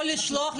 או לשלוח,